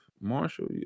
Marshall